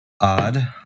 odd